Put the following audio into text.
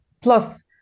plus